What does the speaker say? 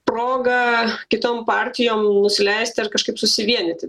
proga kitom partijom nusileisti ar kažkaip susivienyti